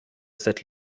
cette